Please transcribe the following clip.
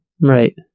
Right